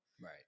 Right